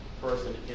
person